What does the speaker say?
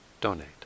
donate